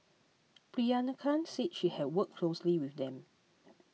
Priyanka said she had worked closely with them